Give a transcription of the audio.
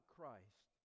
Christ